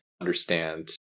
understand